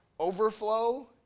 overflow